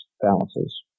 balances